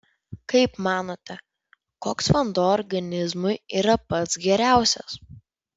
kaip manote koks vanduo organizmui yra pats geriausias